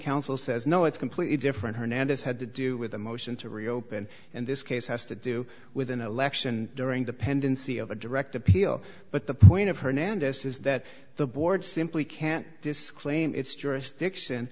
counsel says no it's completely different hernandez had to do with a motion to reopen and this case has to do with an election during the pendency of a direct appeal but the point of hernandez is that the board simply can't disclaim its